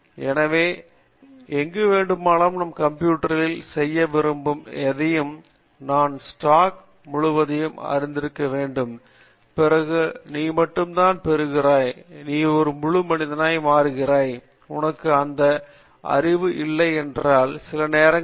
எனவே எங்கு வேண்டுமானாலும் நான் கம்ப்யூட்டரில் செய்ய விரும்பும் எதையும் நான் ஸ்டாக் முழுவதையும் அறிந்திருக்க வேண்டும் பிறகு நீ மட்டும்தான் பெறுகிறாய் நீ ஒரு முழு மனிதனாக மாறுகிறாய் உனக்கு அந்த அறிவு இல்லை என்றால் அது சில நேரங்களில் உனக்கு தெரியும்